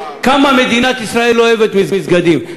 כמה מדינת ישראל אוהבת מסגדים,